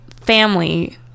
family